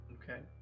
Okay